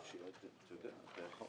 פניות מספר 415 עד 416,